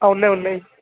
ఉన్నాయి ఉన్నాయి